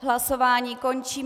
Hlasování končím.